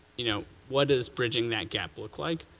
you know, what is bridging that gap look like?